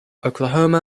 oklahoma